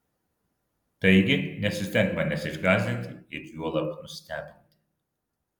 taigi nesistenk manęs išgąsdinti ir juolab nustebinti